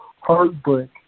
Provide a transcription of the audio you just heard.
heartbreak